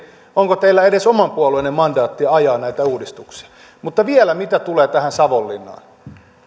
onko teillä edes oman puolueenne mandaattia ajaa näitä uudistuksia mutta vielä mitä tulee tähän savonlinnaan niin nyt